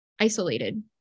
isolated